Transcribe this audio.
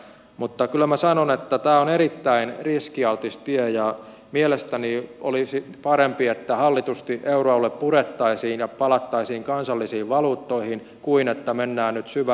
mutta kyllä minä sanon että tämä on erittäin riskialtis tie ja mielestäni olisi parempi että hallitusti euroalue purettaisiin ja palattaisiin kansallisiin valuuttoihin kuin että mennään nyt syvälle yhteisvastuuseen